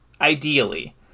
ideally